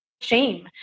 shame